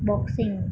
boxing